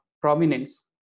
prominence